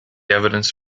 evidence